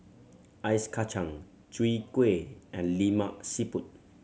ice kacang Chwee Kueh and Lemak Siput